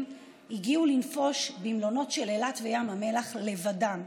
הגיעו לנפוש במלונות של אילת וים המלח לבדם.